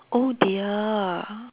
oh dear